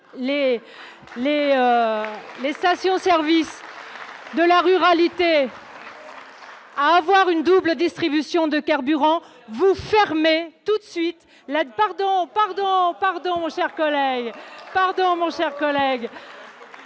les stations-service de la ruralité à avoir. Une double distribution de carburants vous fermer tout de suite là. Pardon, pardon, pardon, chers collègues, certes collègues